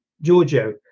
Giorgio